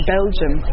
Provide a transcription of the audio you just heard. Belgium